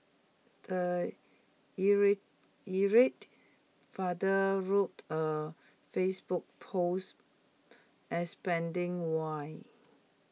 the irate irate father wrote A Facebook post explaining why